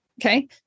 Okay